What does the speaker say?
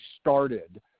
started